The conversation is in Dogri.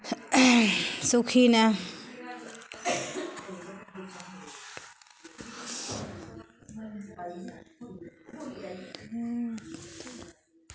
सुखी नै